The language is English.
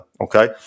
Okay